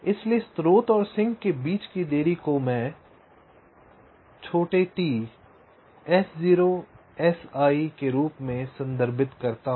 इसलिए स्रोत और सिंक के बीच की देरी को मैं t S0 Si के रूप में संदर्भित करता हूं